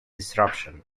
disruption